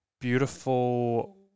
beautiful